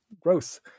growth